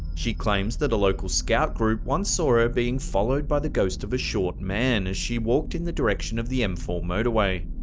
she claims that a local scout group once saw her ah being followed by the ghost of a short man, as she walked in the direction of the m four motorway.